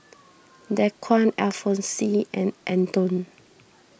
Dequan Alfonse and Antone